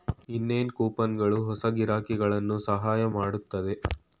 ಇನ್ನೇನ್ ಕೂಪನ್ಗಳು ಹೊಸ ಗಿರಾಕಿಗಳನ್ನು ಸಹಾಯ ಮಾಡುತ್ತದೆ